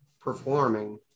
performing